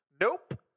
nope